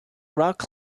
rock